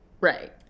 Right